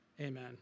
Amen